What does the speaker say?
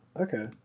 Okay